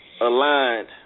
Aligned